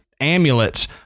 Amulets